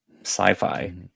sci-fi